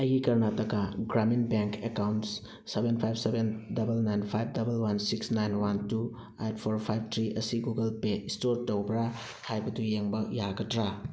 ꯑꯩꯒꯤ Karnataka Gramin bank account seven five seven double nine five double one six nine one two eight four five three ꯑꯁꯤ Google Pay ꯏꯁꯇꯣꯔ ꯇꯧꯕ꯭ꯔꯥ ꯍꯥꯏꯕꯗꯨ ꯌꯦꯡꯕ ꯌꯥꯒꯗ꯭ꯔꯥ